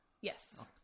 Yes